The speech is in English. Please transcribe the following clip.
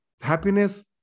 happiness